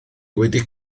wedi